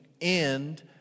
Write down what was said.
end